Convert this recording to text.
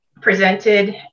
presented